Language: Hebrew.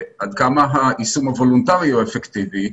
עד כמה היישום הוולונטרי הוא אפקטיבי.